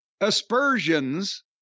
aspersions